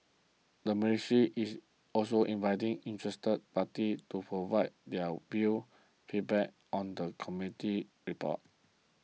the mercy is also inviting interested parties to provide their views feedback on the committee's report